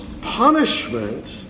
punishment